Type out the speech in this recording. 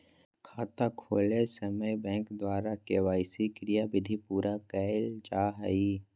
खाता खोलय समय बैंक द्वारा के.वाई.सी क्रियाविधि पूरा कइल जा हइ